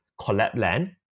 Collabland